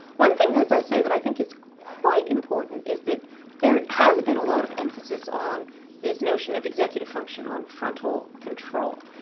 one thing as i say that i think is quite important is that there has been a lot of emphasis on this notion of executive function on frontal control.